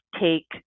take